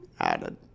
added